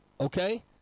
okay